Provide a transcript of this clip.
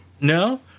No